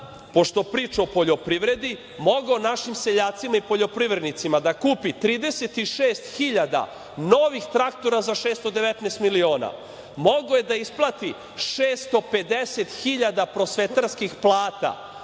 Pošto priča o poljoprivredi, mogao našim seljacima i poljoprivrednicima da kupi 36.000 novih traktora za 619 miliona. Mogao je da isplati 650.000 prosvetarskih plata